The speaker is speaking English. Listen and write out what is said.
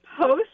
post